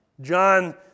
John